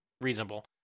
reasonable